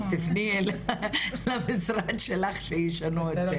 אז תפני למשרד שלך שישנו את זה,